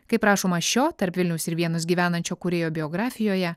kaip rašoma šio tarp vilniaus ir vienos gyvenančio kūrėjo biografijoje